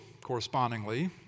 correspondingly